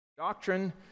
Doctrine